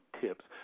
tips